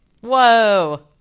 Whoa